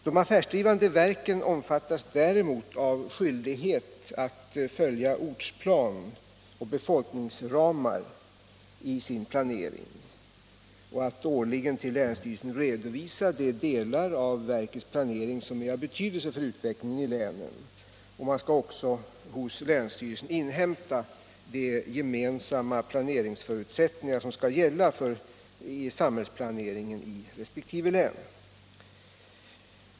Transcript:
De affärsdrivande verken omfattas emellertid av skyldighet att följa ortsplan och befolkningsramar i sin planering och att årligen till länsstyrelserna redovisa de delar av verkens planering som är av betydelse för utvecklingen i länet. Man skall också hos länsstyrelsen inhämta de gemensamma planeringsförutsättningar som skall gälla för samhällsplaneringen i resp. län.